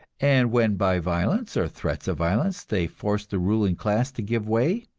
and when by violence or threats of violence they forced the ruling class to give way,